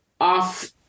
off